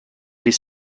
les